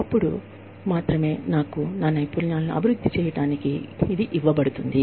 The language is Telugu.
అప్పుడే ఇక్కడ నా నైపుణ్యాలను పెంపొందించుకోవడానికి నాకు ఈ అవకాశం ఇవ్వబడుతుంది